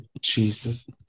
jesus